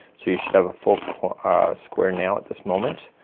so you should have a full square now at this moment.